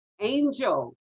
Angel